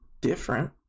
different